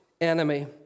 enemy